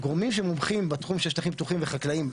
גורמים שמומחים בתחום של שטחים פתוחים וחקלאיים.